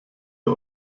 der